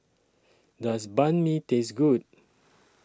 Does Banh MI Taste Good